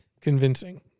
convincing